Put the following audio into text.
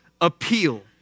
appeal